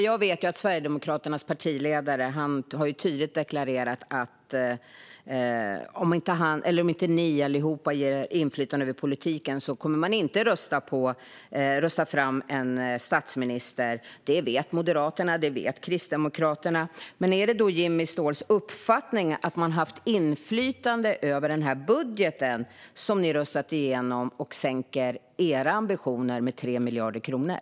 Jag vet att Sverigedemokraternas partiledare tydligt har deklarerat att om inte ni allihop ges inflytande över politiken kommer ni inte att rösta fram en statsminister. Det vet Moderaterna och Kristdemokraterna. Är det Jimmy Ståhls uppfattning att ni haft inflytande över den budget som ni röstat igenom som sänker era ambitioner med 3 miljarder kronor?